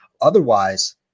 Otherwise